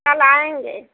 कल आएंगे